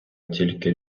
тільки